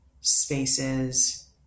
spaces